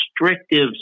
restrictive